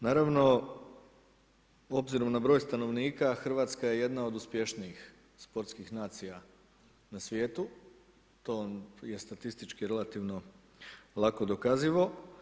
Naravno obzirom na broj stanovnika Hrvatska je jedna od uspješnijih sportskih nacija na svijetu, to je statistički relativno lako dokazivo.